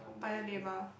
Paya-Lebar